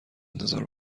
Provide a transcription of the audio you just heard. انتظار